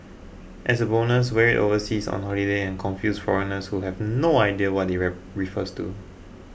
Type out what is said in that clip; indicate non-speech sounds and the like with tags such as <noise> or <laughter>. as a bonus wear it overseas on holiday and confuse foreigners who have no idea what it <unintelligible> refers to